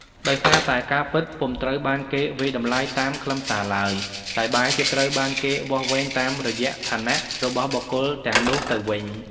ដោយសារតែការពិតពុំត្រូវបានគេវាយតម្លៃតាមខ្លឹមសារឡើយ តែបែរជាត្រូវបានគេវាស់វែងតាមរយៈឋានៈរបស់បុគ្គលទាំងនោះទៅវិញ។